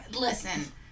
Listen